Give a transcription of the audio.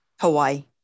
Hawaii